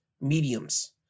mediums